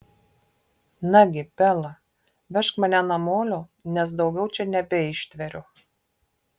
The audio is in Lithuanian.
nagi bela vežk mane namolio nes daugiau čia nebeištveriu